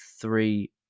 three